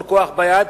המון כוח ביד,